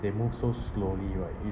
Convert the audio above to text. they move so slowly right